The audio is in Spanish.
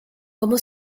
como